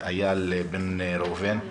איל בן ראובן,